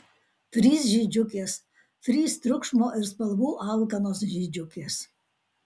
trys žydžiukės trys triukšmo ir spalvų alkanos žydžiukės